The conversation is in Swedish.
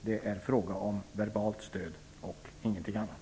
Det är fråga om verbalt stöd och ingenting annat.